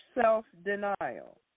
self-denial